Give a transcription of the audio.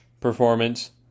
performance